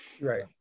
Right